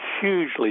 hugely